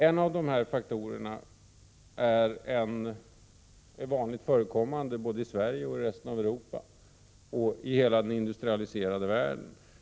En av de här faktorerna är vanligen förekommande både i Sverige, i resten av Europa och i hela den industrialiserade världen.